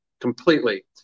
completely